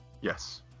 Yes